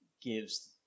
gives